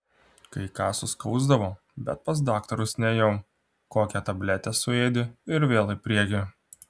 kai ką suskausdavo bet pas daktarus nėjau kokią tabletę suėdi ir vėl į priekį